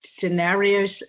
scenarios